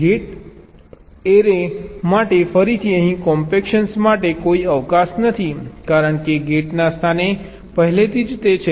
gate array માટે ફરીથી અહીં કોમ્પેક્શન માટે કોઈ અવકાશ નથી કારણ કે ગેટના સ્થાનો પહેલેથી જ છે